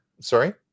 Sorry